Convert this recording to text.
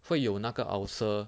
会有那个 ulcer